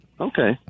Okay